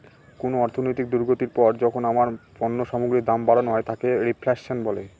কোন অর্থনৈতিক দুর্গতির পর যখন আবার পণ্য সামগ্রীর দাম বাড়ানো হয় তাকে রেফ্ল্যাশন বলে